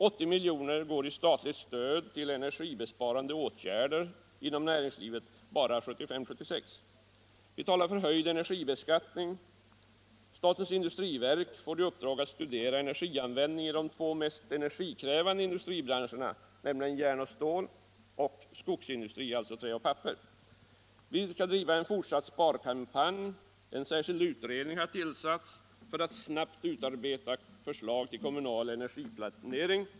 80 milj.kr. föreslås i statligt stöd enbart under budgetåret 1975/76 till energibesparande åtgärder inom näringslivet. Vi talar för en höjd energibeskattning. Statens industriverk får i uppdrag att studera energianvändningen i de två mest energikrävande industribranscherna, nämligen järnoch stålindustrin samt skogsindustrin, alltså trä och papper. Vi skall driva en fortsatt sparkampanj. En särskild utredning har tillsatts för att snabbt utarbeta förslag till kommunal energiplanering.